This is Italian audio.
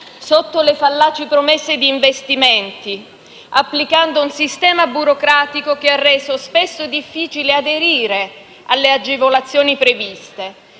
sotto le fallaci promesse di investimenti, applicando un sistema burocratico che ha reso spesso difficile aderire alle agevolazioni previste,